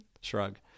shrug